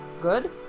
Good